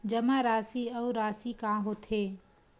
जमा राशि अउ राशि का होथे?